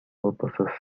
purposes